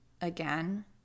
again